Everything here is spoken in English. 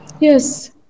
Yes